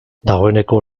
dagoeneko